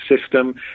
system